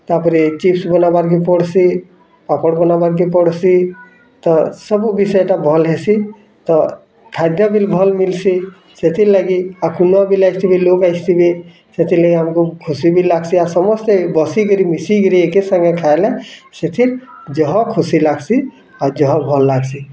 ତା'ପରେ ଚିପ୍ସ ବନାବାକେ ପଡ଼୍ସି ପାପଡ଼୍ ବାନାବାକେ ପଡ଼୍ସି ତ ସବୁ ବିଷୟଟା ଭଲ ହେସି ତ ଖାଦ୍ୟ ଭି ଭଲ ମିଲ୍ସି ସେଥିର୍ ଲାଗି ବି ଲାଗିଛି ଆଉ ଲୋଗ ବି ଆସିବେ ସେଥିର୍ ଲାଗି ଆମକୁ ଖୁସି ବି ଲ୲ଗ୍ସି ବସିକିରି ମିସିକିରି ଏକେ ସାଙ୍ଗେ ଖାଇଲେ ସେଇଠି ଯହ ଖୁସି ଲ୲ଗ୍ସି ଆଉ ଯହ ଭଲ ଲ୲ଗ୍ସି